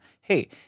hey